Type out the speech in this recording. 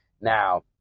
Now